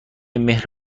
مهر